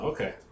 Okay